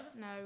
No